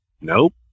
nope